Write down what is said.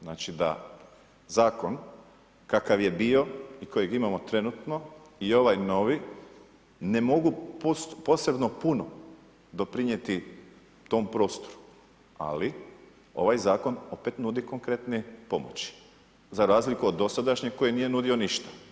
Znači da zakon kakav je bio i koji imamo trenutno i ovaj novi, ne mogu posebno puno doprinijeti tom prostoru, ali ovaj zakon opet nudi konkretne pomoći, za razliku od dosadašnjeg koji nije nudio ništa.